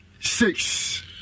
Six